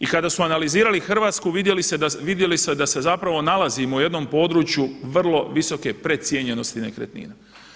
I kada su analizirali Hrvatsku vidjeli su da se zapravo nalazimo u jednom području vrlo visoke precijenjenosti nekretnina.